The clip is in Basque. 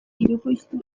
hirukoiztu